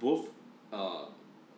both uh